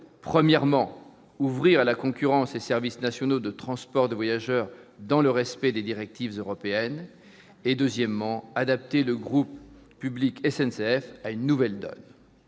d'agir pour ouvrir à la concurrence les services nationaux de transport de voyageurs dans le respect des directives européennes, d'une part, et pour adapter le groupe public SNCF à cette nouvelle donne,